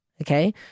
Okay